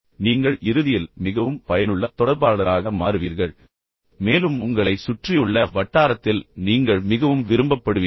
நீங்கள் இறுதியில் மிகவும் பயனுள்ள தொடர்பாளராக மாறுவீர்கள் மேலும் உங்களைச் சுற்றியுள்ள வட்டாரத்தில் நீங்கள் மிகவும் விரும்பப்படுவீர்கள்